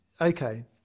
okay